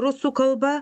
rusų kalba